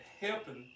helping